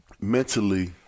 mentally